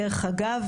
דרך אגב,